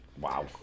Wow